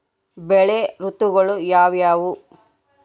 ಬೆಳೆ ಋತುಗಳು ಯಾವ್ಯಾವು?